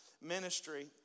ministry